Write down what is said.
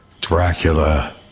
Dracula